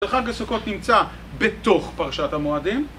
וחג הסוכות נמצא בתוך פרשת המועדים.